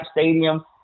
stadium